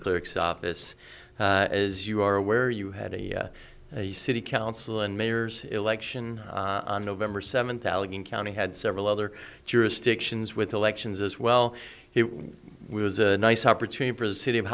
clerk's office as you are aware you had a city council and mayor's election on november seventh allegheny county had several other jurisdictions with elections as well he was a nice opportunity for the city of